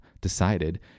decided